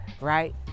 right